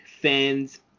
fans